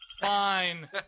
Fine